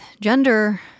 gender